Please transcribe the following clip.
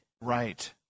Right